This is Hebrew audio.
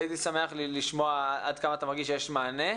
הייתי שמח לשמוע עד כמה אתה מרגיש שיש מענה.